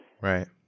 Right